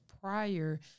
prior